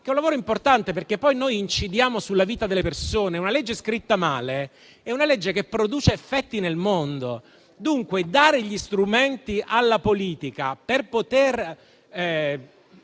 che è un lavoro importante, perché poi noi incidiamo sulla vita delle persone. Una legge scritta male è una legge che produce effetti nel mondo; dunque, dare gli strumenti alla politica per poter